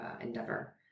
endeavor